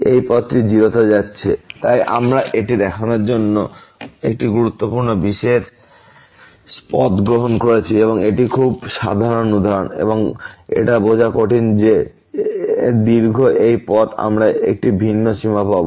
এই পথটি 0 তে যাচ্ছে তাই আমরা এটি দেখানোর জন্য একটি খুব বিশেষ পথ গ্রহণ করেছি এটি একটি খুব সাধারণ উদাহরণ এবং এটা বোঝা কঠিন যে দীর্ঘ এই পথ আমরা একটি ভিন্ন সীমা পাব